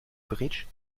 bridge